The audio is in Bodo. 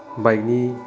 बाइकनि